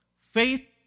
Faith